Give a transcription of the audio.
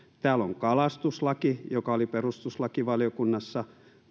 täällä on kalastuslaki joka oli perustuslakivaliokunnassa